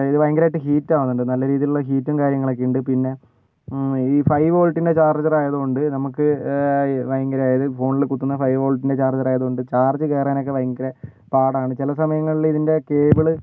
ഇത് ഭയങ്കരമായിട്ട് ഹീറ്റാവുന്നുണ്ട് നല്ല രീതിയിലുള്ള ഹീറ്റും കാര്യങ്ങളൊക്കെ ഉണ്ട് പിന്നെ ഈ ഫൈവ് വോൾട്ടിൻ്റെ ചാർജർ ആയത് കൊണ്ട് നമുക്ക് ഭയങ്കര ഫോണിൽ കുത്തുന്ന ഫൈവ് വോൾട്ടിൻ്റെ ചാർജ്ജറായതുകൊണ്ട് ചാർജ് കയറാനൊക്കെ ഭയങ്കര പാടാണ് ചില സമയങ്ങളിൽ ഇതിൻ്റെ കേബിൾ